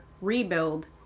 rebuild